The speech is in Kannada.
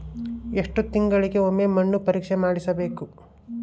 ಎಷ್ಟು ತಿಂಗಳಿಗೆ ಒಮ್ಮೆ ಮಣ್ಣು ಪರೇಕ್ಷೆ ಮಾಡಿಸಬೇಕು?